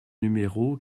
numéro